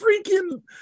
freaking